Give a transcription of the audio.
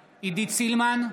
סילמן,